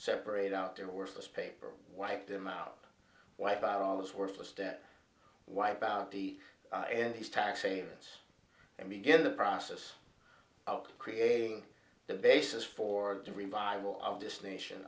separate out there are worthless paper wipe them out wipe out all those worthless debt wipe out the and his tax savings and begin the process of creating the basis for the revival of this nation